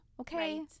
Okay